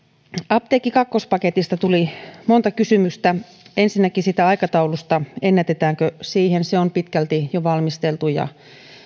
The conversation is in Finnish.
apteekki kakkonen paketista tuli monta kysymystä ensinnäkin siitä aikataulusta ennätetäänkö siihen se on pitkälti jo valmisteltu ja